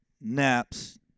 naps